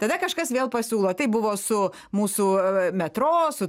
tada kažkas vėl pasiūlo taip buvo su mūsų aaa metro su